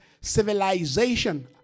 civilization